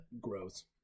Gross